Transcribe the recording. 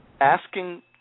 asking